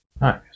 nice